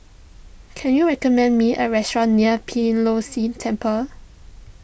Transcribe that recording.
can you recommend me a restaurant near Beeh Low See Temple